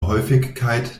häufigkeit